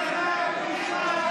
רמאי, נוכל,